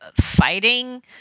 fighting